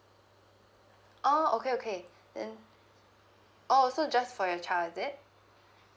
oh okay okay then oh so just for your child is it